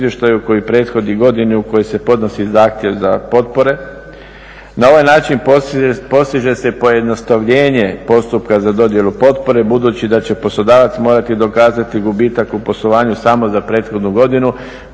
koji prethodi godini u kojoj se podnosi zahtjev za potpore. Na ovaj način postiže se pojednostavljenje postupka za dodjelu potpore budući da će poslodavac morati dokazati gubitak u poslovanju samo za prethodnu godinu.